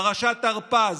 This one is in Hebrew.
פרשת הרפז,